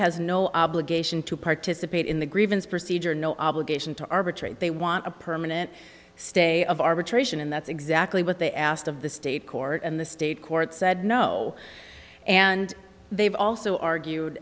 has no obligation to participate in the grievance procedure no obligation to arbitrate they want a permanent stay of arbitration and that's exactly what they asked of the state court and the state court said no and they've also argued